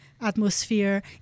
atmosphere